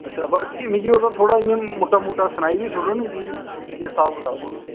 अच्छा बाकी मिगी ओहदा थोह्ड़ा मुट्टा मुट्टा सनाई बी छोड़ो ना कि केह् स्हाब कताब होना